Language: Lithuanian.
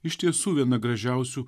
iš tiesų viena gražiausių